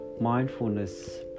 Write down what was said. mindfulness